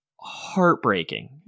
Heartbreaking